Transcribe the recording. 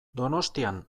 donostian